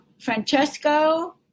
Francesco